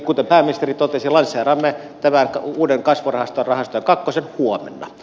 kuten pääministeri totesi lanseeraamme tämän uuden kasvurahastojen rahasto iin huomenna